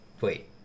wait